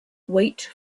wait